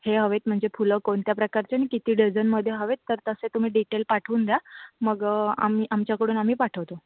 हे हवेत म्हणजे फुलं कोणत्या प्रकारचे आणि किती डझनमध्ये हवे आहेत तर तसे तुम्ही डिटेल पाठवून द्या मग आम्ही आमच्याकडून आम्ही पाठवतो